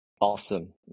awesome